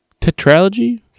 tetralogy